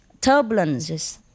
turbulences